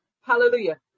Hallelujah